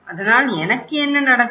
அதனால் எனக்கு என்ன நடக்கும்